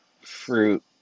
fruit